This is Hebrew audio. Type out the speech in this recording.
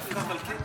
חתול בשק.